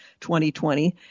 2020